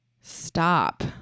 stop